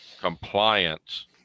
compliance